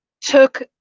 took